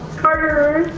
carter